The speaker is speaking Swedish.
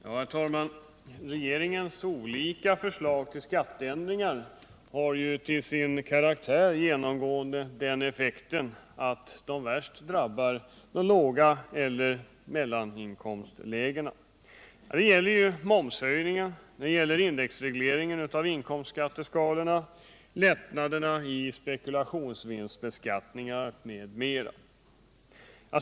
Herr talman! Regeringens olika förslag till skatteförändringar har genomgående den effekten att de värst drabbar dem med låga inkomster eller inkomster i mellanlägen. Det gäller momshöjningen, indexregleringen av inkomstskatteskalorna, lättnaderna i = spekulationsvinstbeskattningen m.m.